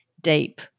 deep